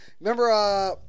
Remember